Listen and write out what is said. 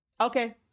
Okay